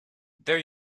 their